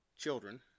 Children